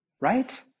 right